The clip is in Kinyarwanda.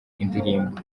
indirimbo